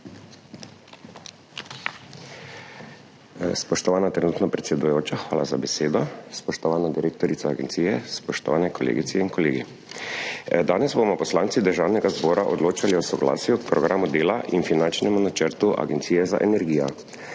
Spoštovana trenutno predsedujoča, hvala za besedo. Spoštovana direktorica agencije, spoštovane kolegice in kolegi! Danes bomo poslanci Državnega zbora odločali o soglasju k Programu dela in finančnemu načrtu Agencije za energijo.